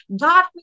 God